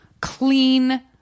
clean